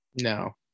No